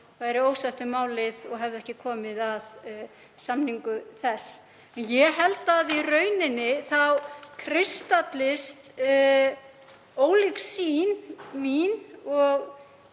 væri ósátt við málið og hefði ekki komið að samningu þess. Ég held að í rauninni kristallist ólík sýn mín og